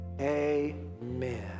Amen